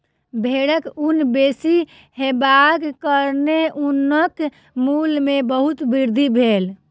भेड़क ऊन बेसी हेबाक कारणेँ ऊनक मूल्य में बहुत वृद्धि भेल